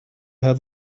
have